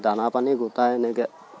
দানা পানী গোটাই এনেকে